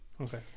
Okay